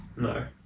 No